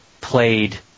played